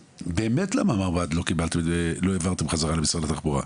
באמת למה לא החזרתם את מרב"ד חזרה למשרד התחבורה?